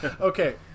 Okay